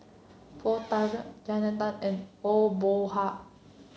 Poh Thian Jannie Tay and Aw Boon Haw